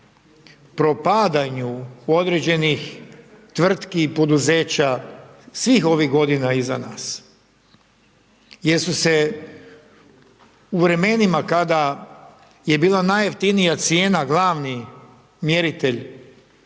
propadanju određenih tvrtki i poduzeća svih ovih godina iza nas jer su se u vremenima kada je bila najjeftinija cijena, glavni mjeritelj